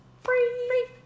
free